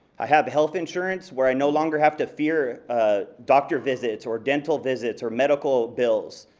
i have health insurance. where i no longer have to fear ah doctor visits or dental visits or medical bills.